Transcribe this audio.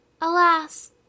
Alas